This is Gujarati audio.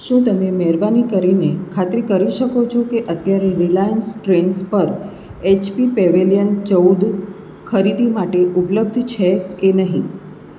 શું તમે મહેરબાની કરીને ખાતરી કરી શકો છો કે અત્યારે રિલાયન્સ ટ્રેન્ડ્સ પર એચપી પેવેલિયન ચૌદ ખરીદી માટે ઉપલબ્ધ છે કે નહીં